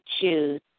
choose